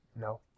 No